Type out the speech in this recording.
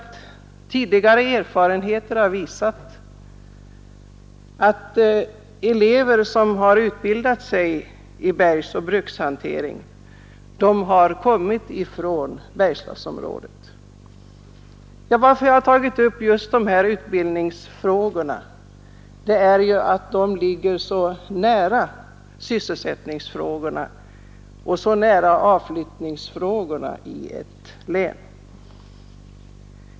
Tidigare erfarenheter har nämligen visat att de elever som utbildat sig i bergsoch brukshantering mycket ofta har kommit just från Bergslagsområdet. Jag har tagit upp dessa utbildningsfrågor därför att de ligger så nära sysselsättningsoch avflyttningsfrågorna i vårt län.